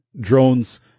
drones